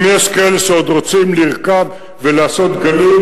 אם יש כאלה שעוד רוצים לרכוב ולעשות גלים,